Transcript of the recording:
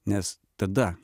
nes tada